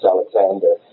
Alexander